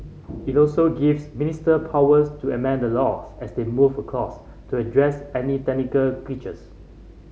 it also gives minister powers to amend the laws as they move across to address any technical glitches